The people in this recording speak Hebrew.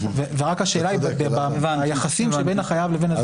ורק השאלה היא ביחסים שבין החייב לבין הזוכה.